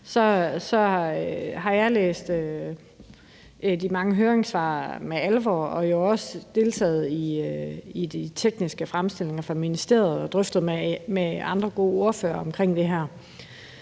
jeg har læst de mange høringssvar med alvor, og at jeg også har deltaget i de tekniske fremstillinger fra ministeriets side og i drøftelser med andre gode ordførere omkring det her.